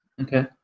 Okay